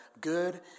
good